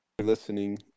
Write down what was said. listening